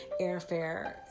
airfare